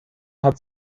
hat